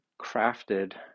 crafted